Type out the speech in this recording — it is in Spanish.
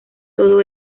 todo